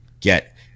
get